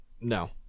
No